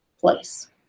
place